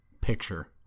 picture